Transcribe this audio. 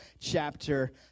chapter